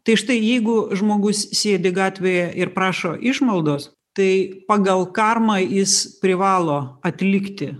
tai štai jeigu žmogus sėdi gatvėje ir prašo išmaldos tai pagal karmą jis privalo atlikti